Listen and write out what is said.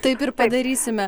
taip ir padarysime